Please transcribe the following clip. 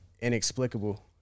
inexplicable